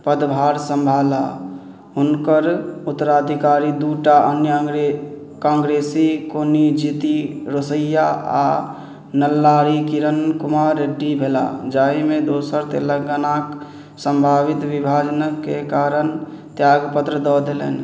पदभार सम्भाला हुनकर उत्तराधिकारी दुइ टा अन्य अन्गरे काँग्रेसी कोनी जीति रोसैया आओर नेल्लारी किरण कुमार रेड्डी भेलाह जाहिमे दोसर तेलङ्गानाके सम्भावित विभाजनके कारण त्यागपत्र दऽ देलनि